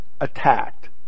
attacked